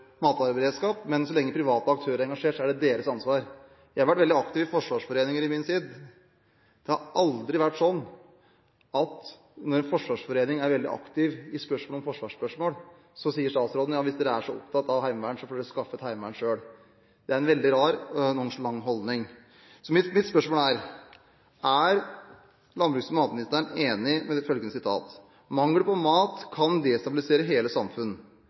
matvareberedskap – så lenge private aktører er engasjert, er det deres ansvar. Jeg var veldig aktiv i forsvarsforeninger i sin tid. Det har aldri vært sånn at når en forsvarsforening er veldig aktiv i forsvarsspørsmål, sier statsråden: Ja, hvis dere er så veldig opptatt av heimevern, så får dere skaffe et heimevern selv. Det er en veldig rar og nonsjalant holdning. Mitt spørsmål er: Er landbruks- og matministeren enig i følgende sitat av forsvarssjef Harald Sunde? «Mangel på mat kan destabilisere hele samfunn.